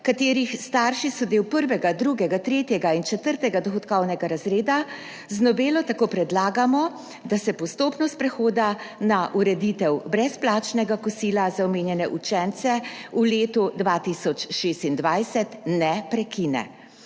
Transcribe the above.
katerih starši so del prvega, drugega, tretjega in četrtega dohodkovnega razreda, z novelo tako predlagamo, da se postopnost prehoda na ureditev brezplačnega kosila za omenjene učence v letu 2026 ne prekine.